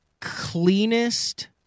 cleanest